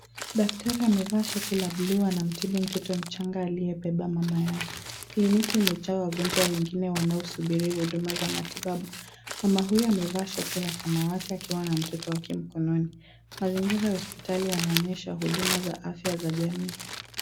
Daktari amevaa shati la bluu anamtibu mtoto mchanga aliyebebwa na mama yake , kliniki imejaa wagonjwa wengine wanaosubiri huduma za matibabu ,mama huyo amevaa shati ya samawati akiwa na mtoto wake mkononi , mazingira ya hospitali yanaonyesha huduma za afya ya jamii.